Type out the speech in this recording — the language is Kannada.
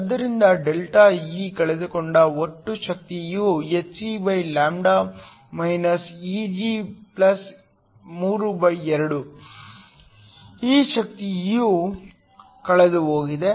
ಆದ್ದರಿಂದ ಡೆಲ್ಟಾ E ಕಳೆದುಕೊಂಡ ಒಟ್ಟು ಶಕ್ತಿಯು hcλ−Eg32 ಈ ಶಕ್ತಿಯು ಕಳೆದುಹೋಗಿದೆ